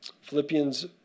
Philippians